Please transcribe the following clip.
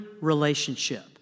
relationship